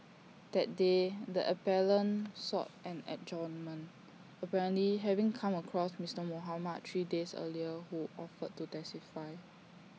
that day the appellant sought an adjournment apparently having come across Mister Mohamed three days earlier who offered to testify